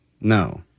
No